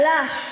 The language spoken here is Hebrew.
לחלש,